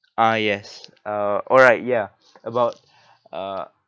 ah yes uh alright ya about uh